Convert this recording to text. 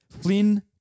Flynn